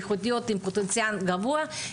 איכותיות עם פוטנציאל גבוה,